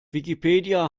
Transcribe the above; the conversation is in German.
wikipedia